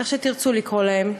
איך שתרצו לקרוא להם.